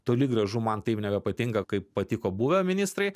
toli gražu man taip nebepatinka kaip patiko buvę ministrai